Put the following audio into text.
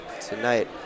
tonight